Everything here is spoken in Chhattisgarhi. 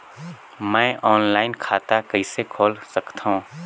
मैं ऑनलाइन खाता कइसे खोल सकथव?